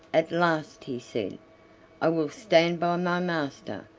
at last he said i will stand by my master,